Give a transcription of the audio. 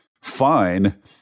fine